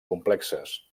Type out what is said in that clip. complexes